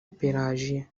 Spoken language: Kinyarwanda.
pelagie